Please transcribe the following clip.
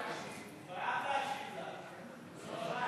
תודה לך, אדוני